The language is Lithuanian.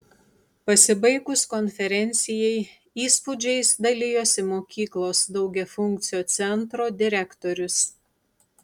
pasibaigus konferencijai įspūdžiais dalijosi mokyklos daugiafunkcio centro direktorius